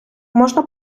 можна